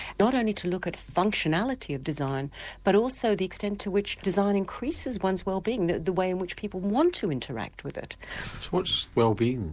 not only to look at functionality of design but also the extent to which design increases one's wellbeing, the the way in which people want to interact with it. so what's wellbeing?